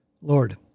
Lord